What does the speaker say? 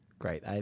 great